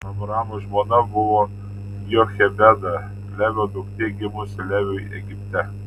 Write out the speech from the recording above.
amramo žmona buvo jochebeda levio duktė gimusi leviui egipte